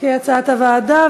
כהצעת הוועדה.